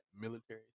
military